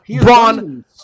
Braun